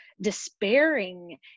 despairing